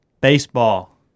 Baseball